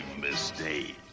mistake